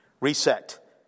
Reset